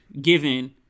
given